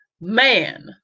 man